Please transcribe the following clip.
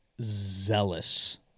zealous